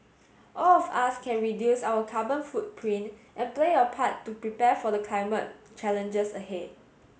all of us can reduce our carbon footprint and play a part to prepare for the climate challenges ahead